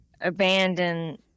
abandon